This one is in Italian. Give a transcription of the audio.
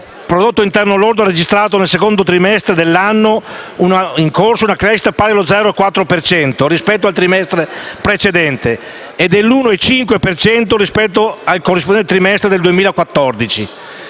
il prodotto interno lordo ha registrato nel secondo trimestre dell'anno in corso una crescita pari allo 0,4 per cento rispetto al trimestre precedente e dell'1,5 per cento rispetto al corrispondente trimestre del 2014.